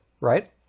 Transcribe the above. right